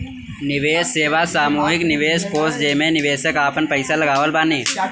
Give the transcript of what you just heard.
निवेश सेवा सामूहिक निवेश कोष जेमे निवेशक आपन पईसा लगावत बाने